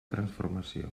transformació